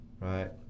right